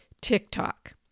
TikTok